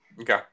Okay